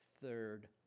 third